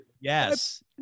yes